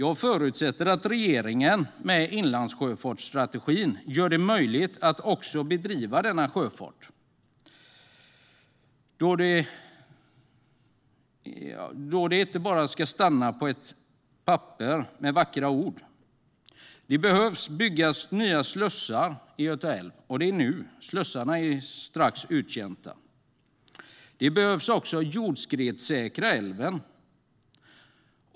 Jag förutsätter att regeringen med inlandsjöfartsstrategin gör det möjligt att också bedriva denna sjöfart, så att det inte bara stannar vid vackra ord på ett papper. Det behöver byggas nya slussar i Göta älv nu. Slussarna är snart uttjänta. Det behövs också en jordskredssäkring av älven.